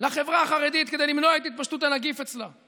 לחברה החרדית כדי למנוע את התפשטות הנגיף אצלה.